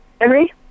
Henry